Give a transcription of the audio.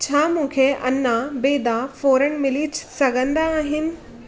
छा मूंखे अञा बेदा फौरनु मिली छ सघंदा आहिनि